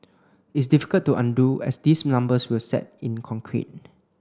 it's difficult to undo as these numbers will set in concrete